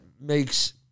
makes